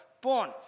born